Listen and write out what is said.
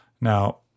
Now